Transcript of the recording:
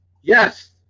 Yes